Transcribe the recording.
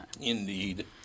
Indeed